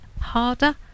harder